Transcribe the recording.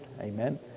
Amen